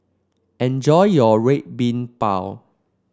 enjoy your Red Bean Bao